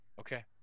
Okay